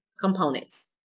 components